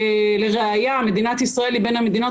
ולראיה מדינת ישראל היא בין המדינות